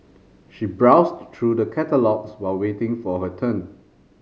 she browsed through the catalogues while waiting for her turn